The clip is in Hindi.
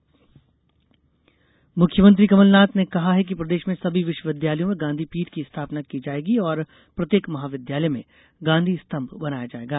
गांधी प्रदेश मुख्यमंत्री कमलनाथ ने कहा है कि प्रदेश के सभी विश्वविद्यालयों में गांधी पीठ की स्थापना की जाएगी और प्रत्येक महाविद्यालय में गांधी स्तंभ बनाया जाएगा